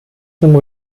dem